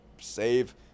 save